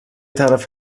طرف